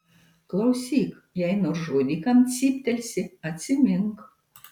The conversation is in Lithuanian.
klausyk jei nors žodį kam cyptelsi atsimink